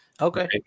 Okay